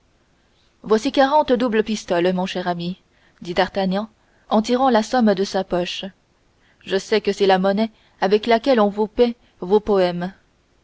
voici quarante doubles pistoles mon cher ami dit d'artagnan en tirant la somme de sa poche je sais que c'est la monnaie avec laquelle on vous paie